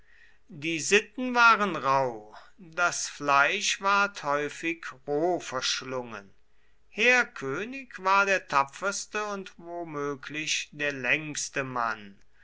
die sitten waren rauh das fleisch ward häufig roh verschlungen heerkönig war der tapferste und womöglich der längste mann